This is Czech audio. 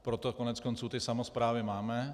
Proto koneckonců ty samosprávy máme.